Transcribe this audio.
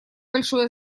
большое